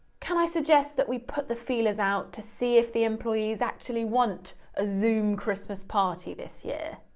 can i suggest that we put the feelers out to see if the employees actually want a zoom christmas party this year?